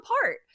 apart